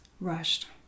rushed